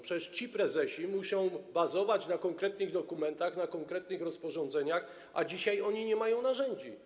Przecież ci prezesi muszą bazować na konkretnych dokumentach, na konkretnych rozporządzeniach, a dzisiaj oni nie mają narzędzi.